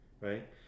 right